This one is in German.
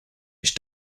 ich